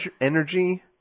energy